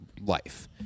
life